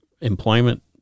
employment